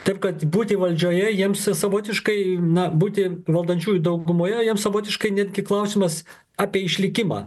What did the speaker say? taip kad būti valdžioje jiems savotiškai na būti valdančiųjų daugumoje jiem savotiškai netgi klausimas apie išlikimą